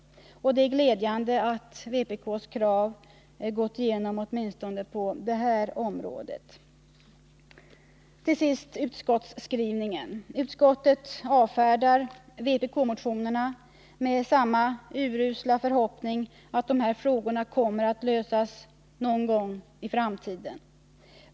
Det är glädjande att vpk:s krav gått igenom 2 åtminstone på detta område. Till sist utskottsskrivningen: Utskottet avfärdar vpk-motionerna med den urusla förhoppningen att dessa frågor kommer att lösas någon gång i framtiden.